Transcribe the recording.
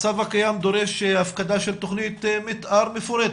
הצו הקיים דורש הפקדה של תכנית מתאר מפורטת.